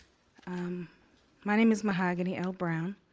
um my name is mahogany l browne,